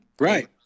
right